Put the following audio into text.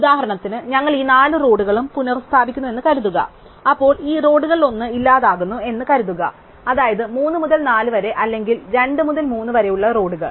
ഉദാഹരണത്തിന് ഞങ്ങൾ ഈ നാല് റോഡുകളും പുനസ്ഥാപിക്കുന്നുവെന്ന് കരുതുക അപ്പോൾ ഈ റോഡുകളിലൊന്ന് ഇല്ലാതാക്കുന്നു എന്ന് കരുതുകഅതായത് 3 മുതൽ 4 വരെ അല്ലെങ്കിൽ 2 മുതൽ 3 വരെ ഉള്ള റോഡുകൾ